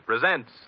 presents